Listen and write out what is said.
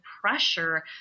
pressure